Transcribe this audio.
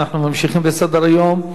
אנחנו ממשיכים בסדר-היום.